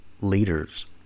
leaders